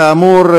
כאמור,